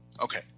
Okay